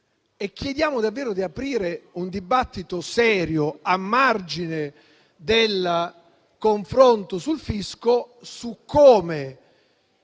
chiediamo davvero di aprire un dibattito serio, a margine del confronto sul fisco, su come